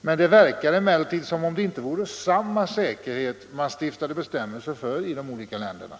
Det verkar emellertid som om det inte var samma säkerhet man stiftade bestämmelser för i de olika länderna.